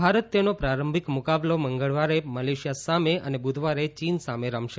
ભારત તેનો પ્રારંભિક મુકાબલો મંગળવારે મલેશિયા સામે અને બુધવારે ચીન સામે રમશે